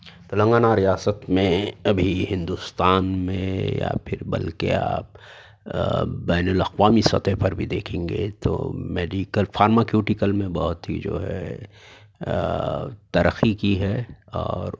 تلنگانہ ریاست میں ابھی ہندوستان میں یا پھر بلکہ آپ بین الاقوامی سطح پر بھی دیکھیں گے تو میڈیکل فارماکیوٹکل میں بہت ہی جو ہے ترقی کی ہے اور